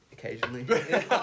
Occasionally